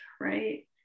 right